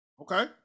Okay